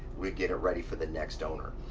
we get it ready for the next owner.